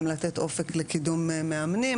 גם לתת אופק לקידום מאמנים.